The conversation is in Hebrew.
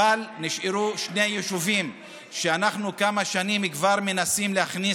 אבל נשארו שני יישובים שאנחנו כבר כמה שנים מנסים להכניס,